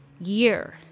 year